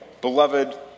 Beloved